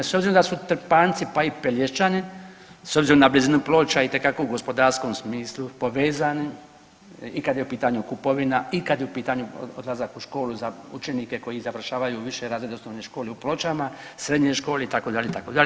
S obzirom da su Trpanjci pa i Pelješčani, s obzirom na blizinu Ploča itekako u gospodarskom smislu povezani i kad je u pitanju kupovina i kad je u pitanju odlazak u školu za učenike koji završavaju viši razred osnovne škole u Pločama, srednje škole itd. itd.